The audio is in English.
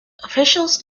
officials